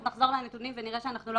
אז נחזור לנתונים ונראה שאנחנו לא